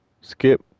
skip